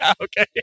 Okay